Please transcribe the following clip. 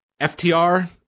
FTR